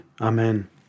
Amen